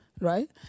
Right